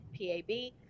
PAB